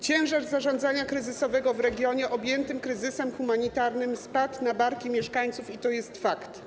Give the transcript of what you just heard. Ciężar zarządzania kryzysowego w regionie objętym kryzysem humanitarnym spadł na barki mieszkańców i to jest fakt.